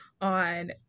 on